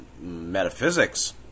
metaphysics